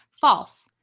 false